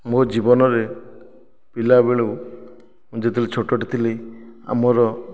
ମୋ ଜୀବନରେ ପିଲାବେଳୁ ମୁଁ ଯେତେବେଳେ ଛୋଟ ଟେ ଥିଲି ଆମର